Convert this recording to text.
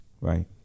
right